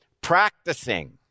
practicing